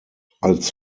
als